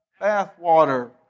bathwater